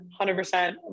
100%